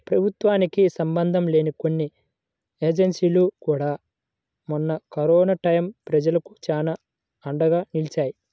ప్రభుత్వానికి సంబంధం లేని కొన్ని ఎన్జీవోలు కూడా మొన్న కరోనా టైయ్యం ప్రజలకు చానా అండగా నిలిచాయి